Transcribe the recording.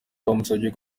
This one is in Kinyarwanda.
twamusabye